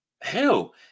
Hell